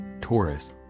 Taurus